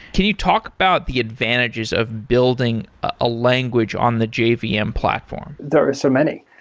can you talk about the advantages of building a language on the jvm yeah um platform? there are so many.